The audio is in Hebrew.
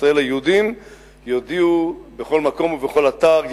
ישראל היהודים יודיעו בכל מקום ובכל אתר,